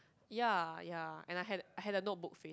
ya ya and I had I had a notebook